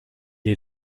est